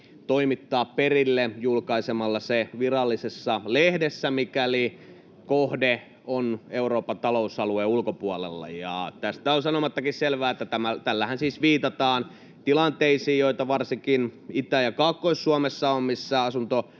toimittaa perille julkaisemalla se virallisessa lehdessä, mikäli kohde on Euroopan talousalueen ulkopuolella. On sanomattakin selvää, että tällähän siis viitataan tilanteisiin, joita on varsinkin Itä- ja Kaakkois-Suomessa, missä